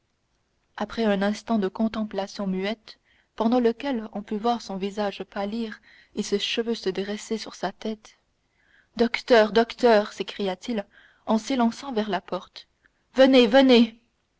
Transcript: après un instant de contemplation muette pendant lequel on put voir son visage pâlir et ses cheveux se dresser sur sa tête docteur docteur s'écria-t-il en s'élançant vers la porte venez venez